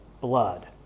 blood